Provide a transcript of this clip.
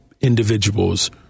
individuals